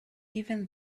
even